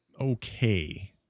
okay